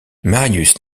marius